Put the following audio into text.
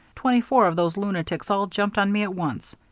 twenty-four of those lunatics all jumped on me at once.